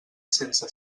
sense